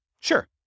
Sure